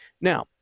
Now